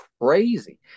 crazy